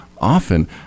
often –